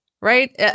Right